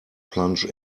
plunge